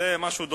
זה משהו דומה.